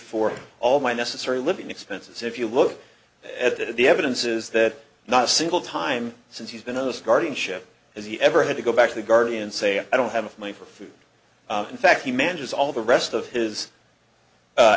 for all my necessary living expenses if you look at the evidence is that not a single time since you've been in this guardianship has he ever had to go back to the guardian say i don't have money for food in fact he manages all the rest of his